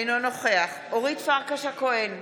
אינו נוכח אורית פרקש הכהן,